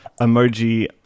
emoji